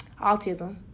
autism